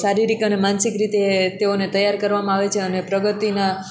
શારીરિક અને માનસિક રીતે તેઓને તૈયાર કરવામાં આવે છે અને પ્રગતિના